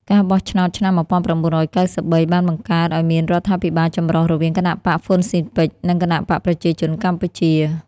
ការបោះឆ្នោតឆ្នាំ ១៩៩៣ បានបង្កើតឱ្យមានរដ្ឋាភិបាលចម្រុះរវាងគណបក្សហ្វ៊ុនស៊ិនប៉ិច និងគណបក្សប្រជាជនកម្ពុជា។